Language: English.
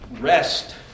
rest